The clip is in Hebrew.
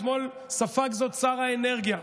אתמול ספג זאת שר האנרגיה,